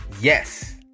Yes